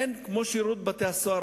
אין כמו שירות בתי-הסוהר